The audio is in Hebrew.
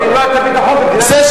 בסדר,